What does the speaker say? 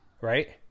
right